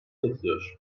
katılıyor